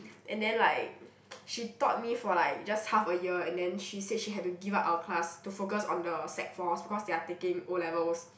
and then like she taught me for like just half a year and then she said she had to give up our class to focus on the sec four because they are taking O-levels